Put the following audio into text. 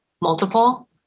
multiple